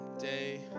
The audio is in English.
day